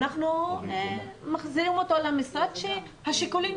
אנחנו מחזירים אותו למשרד שהשיקולים